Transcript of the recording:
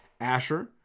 Asher